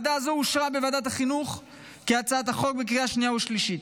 הצעה זו אושרה בוועדת החינוך כהצעת החוק לקריאה שנייה ושלישית.